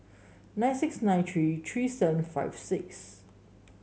nine six nine three three seven five six